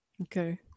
Okay